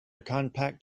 compact